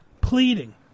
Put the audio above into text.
pleading